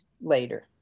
later